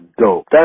dope